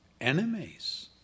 enemies